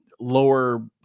lower